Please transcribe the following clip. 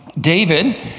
David